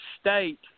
state